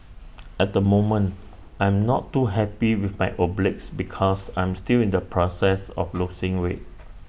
at the moment I am not too happy with my obliques because I am still in the process of losing weight